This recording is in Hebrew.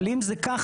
אבל אם זה כך,